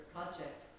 Project